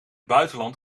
buitenland